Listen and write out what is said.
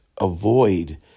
avoid